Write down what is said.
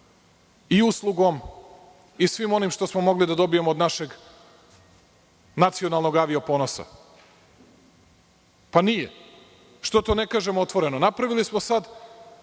i uslugom i svim onim što smo mogli da dobijemo od našeg nacionalnog avio ponosa. Nije, što to ne kažemo otvoreno. Napravili smo sada